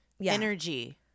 energy